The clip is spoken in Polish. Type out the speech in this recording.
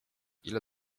ile